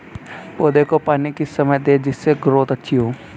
पौधे को पानी किस समय दें जिससे ग्रोथ अच्छी हो?